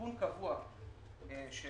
תיקון קבוע של